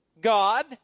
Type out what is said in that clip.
God